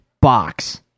box